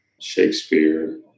Shakespeare